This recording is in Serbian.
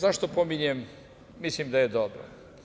Zašto pominjem - mislim da je dobro?